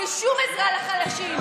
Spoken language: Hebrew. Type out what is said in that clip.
בלי שום עזרה לחלשים,